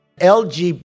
LGBT